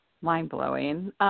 Mind-blowing